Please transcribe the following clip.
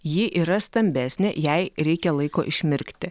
ji yra stambesnė jai reikia laiko išmirkti